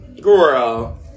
Girl